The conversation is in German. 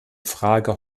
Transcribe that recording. frage